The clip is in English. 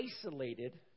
isolated